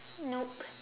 nope